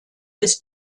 ist